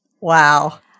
Wow